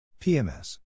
PMS